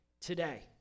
today